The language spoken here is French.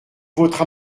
votre